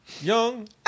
young